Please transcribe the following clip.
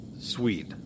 Sweet